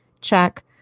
Check